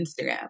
Instagram